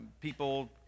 people